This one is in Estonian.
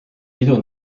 pidu